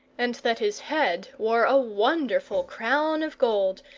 and that his head wore a wonderful crown of gold,